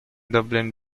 dublin